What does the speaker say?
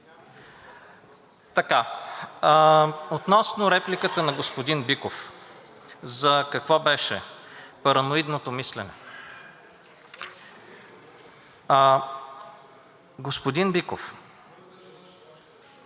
Относно репликата на господин Биков, за какво беше, за параноидното мислене. Господин Биков,